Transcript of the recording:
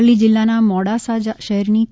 અરવલ્લી જીલ્લાનાં મોડાસા શહેરની કે